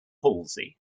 halsey